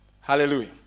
Hallelujah